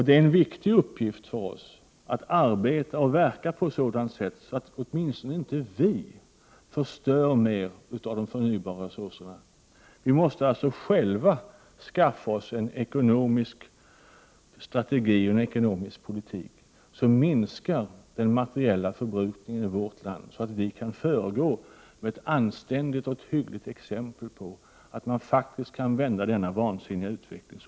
Det är en viktig uppgift för oss att arbeta och verka på ett sådant sätt att åtminstone inte vi förstör mer av de förnybara resurserna. Vi måste alltså själva skaffa oss en ekonomisk strategi och en ekonomisk politik som minskar den materiella förbrukningen i vårt land, så att vi kan föregå såsom ett anständigt och hyggligt exempel på att man faktiskt kan vända denna vansinniga utveckling.